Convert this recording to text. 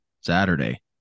Saturday